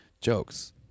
jokes